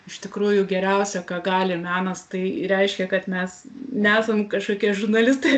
iš tikrųjų geriausia ką gali menas tai reiškia kad mes nesam kažkokie žurnalistai